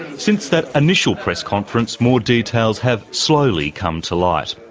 since that initial press conference more details have slowly come to light.